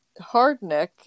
hardneck